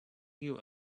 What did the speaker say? you